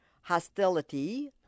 hostility